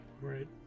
Right